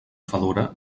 fedora